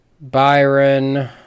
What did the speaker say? Byron